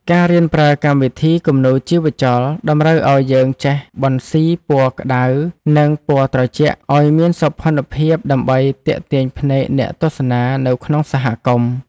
ការរៀនប្រើកម្មវិធីគំនូរជីវចលតម្រូវឱ្យយើងចេះបន្ស៊ីពណ៌ក្តៅ និង ពណ៌ត្រជាក់ឱ្យមានសោភ័ណភាពដើម្បីទាក់ទាញភ្នែកអ្នកទស្សនានៅក្នុងសហគមន៍។